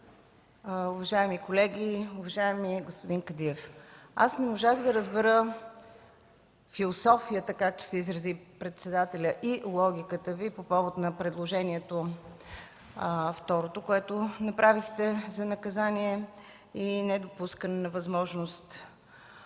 Уважаеми колеги! Уважаеми господин Кадиев, аз не можах да разбера философията, както се изрази председателя, и логиката Ви по повод на второто предложение, което направихте – за наказание и не допускане на възможност